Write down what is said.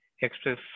express